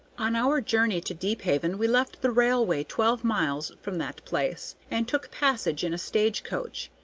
on our journey to deephaven we left the railway twelve miles from that place, and took passage in a stage-coach.